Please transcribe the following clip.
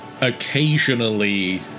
occasionally